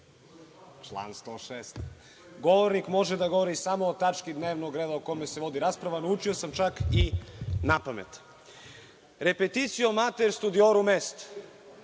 član 106. govornik može da govori samo o tački dnevnog reda o kome se vodi rasprava. Naučio sam čak i napamet. Repetitio mater studiorum est